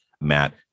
Matt